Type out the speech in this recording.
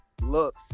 looks